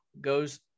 goes